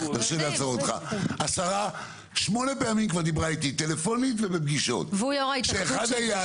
השרה דיברה איתי כבר שמונה פעמים,